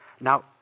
Now